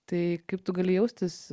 tai kaip tu gali jaustis